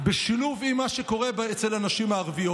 בשילוב עם מה שקורה אצל הנשים הערביות.